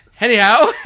Anyhow